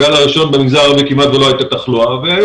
בגל הראשון במגזר הערבי כמעט ולא הייתה תחלואה והיו